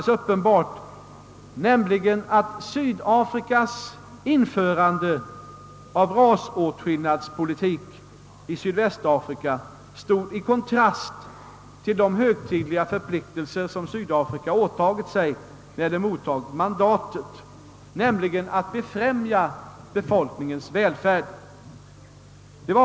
Att Sydafrikas införande av rasåtskillnadspolitik i Sydvästafrika stod i kontrast till de högtidliga förpliktelser Sydafrika åtagit sig när det mottog mandatet, nämligen att befrämja befolkningens välfärd är uppenbart.